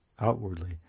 outwardly